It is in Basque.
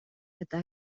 eta